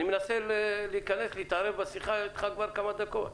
אני מנסה להתערב בשיחה איתך כבר כמה דקות.